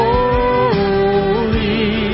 Holy